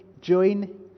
Join